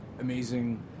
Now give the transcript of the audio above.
amazing